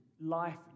Life